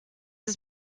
his